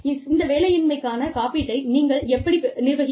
இந்த வேலையின்மைக்கான காப்பீட்டை நீங்கள் எப்படி நிர்வகிப்பீர்கள்